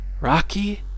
Rocky